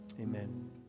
Amen